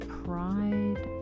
pride